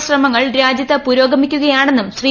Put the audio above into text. Covid ശ്രമങ്ങൾ രാജ്യത്ത് പൂരോഗമിക്കുകയാണെന്നും ശ്രീ